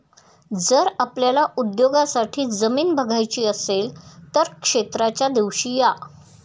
जर आपल्याला उद्योगासाठी जमीन बघायची असेल तर क्षेत्राच्या दिवशी या